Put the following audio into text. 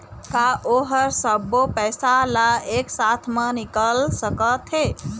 का ओ हर सब्बो पैसा ला एक साथ म निकल सकथे?